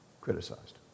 criticized